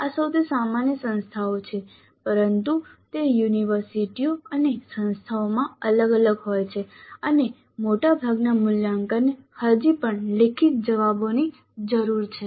આ સૌથી સામાન્ય સંખ્યાઓ છે પરંતુ તે યુનિવર્સિટીઓ અને સંસ્થાઓમાં અલગ અલગ હોય છે અને મોટાભાગના મૂલ્યાંકનને હજી પણ લેખિત જવાબોની જરૂર છે